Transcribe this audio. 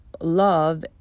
love